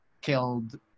killed